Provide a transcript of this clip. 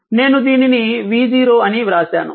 నేను దీనిని v0 అని వ్రాసాను